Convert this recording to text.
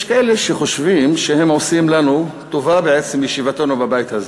יש כאלה שחושבים שהם עושים לנו טובה בעצם ישיבתנו בבית הזה.